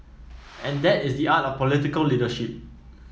and that is the art of political leadership